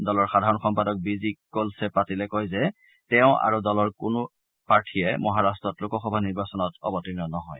দলৰ সাধাৰাণ সম্পাদক বি জি কলছে পাটিলে কয় যে তেওঁ আৰু দলৰ আন কোনো প্ৰাৰ্থীয়ে মহাৰট্টত লোকসভা নিৰ্বাচনত অৱৰ্তীণ নহয়